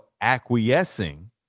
acquiescing